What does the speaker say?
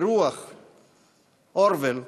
ברוח אורוול,